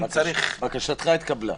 "בקשתך התקבלה".